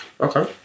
okay